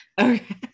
Okay